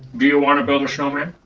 do you want to build a snowman?